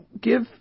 give